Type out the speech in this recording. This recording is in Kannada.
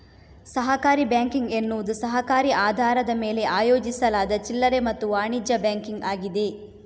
ಸಹಕಾರಿ ಬ್ಯಾಂಕಿಂಗ್ ಎನ್ನುವುದು ಸಹಕಾರಿ ಆಧಾರದ ಮೇಲೆ ಆಯೋಜಿಸಲಾದ ಚಿಲ್ಲರೆ ಮತ್ತು ವಾಣಿಜ್ಯ ಬ್ಯಾಂಕಿಂಗ್ ಆಗಿದೆ